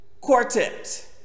quartet